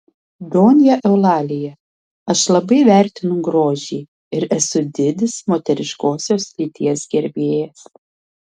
donja eulalija aš labai vertinu grožį ir esu didis moteriškosios lyties gerbėjas